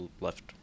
left